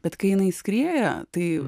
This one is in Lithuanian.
bet kai jinai skrieja tai